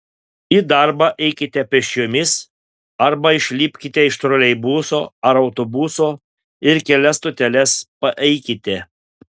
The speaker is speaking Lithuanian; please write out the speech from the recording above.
į darbą eikite pėsčiomis arba išlipkite iš troleibuso ar autobuso ir kelias stoteles paeikite